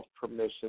permission